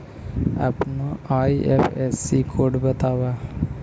अपना IFSC code बतावअ